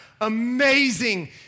amazing